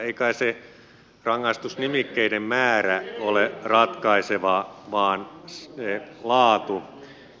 ei kai se rangaistusnimikkeiden määrä ole ratkaiseva vaan se laatu